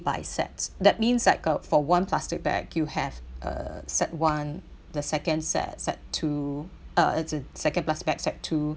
by sets that means like uh for one plastic bag you have uh set one the second set set two uh as in second plastic bag set two